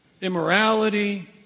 immorality